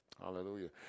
hallelujah